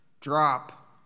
drop